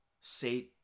say